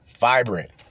vibrant